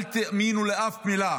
אל תאמינו לאף מילה